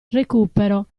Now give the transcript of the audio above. recupero